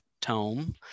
tome